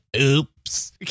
oops